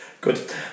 good